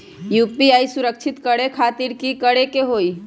UPI सुरक्षित करे खातिर कि करे के होलि?